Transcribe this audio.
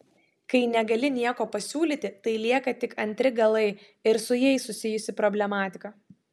kai negali nieko pasiūlyti tai lieka tik antri galai ir su jais susijusi problematika